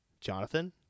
Jonathan